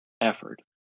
effort